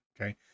Okay